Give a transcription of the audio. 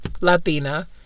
Latina